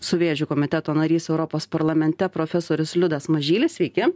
su vėžiu komiteto narys europos parlamente profesorius liudas mažylis sveiki